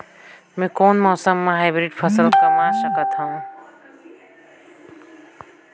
मै कोन मौसम म हाईब्रिड फसल कमा सकथव?